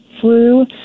flu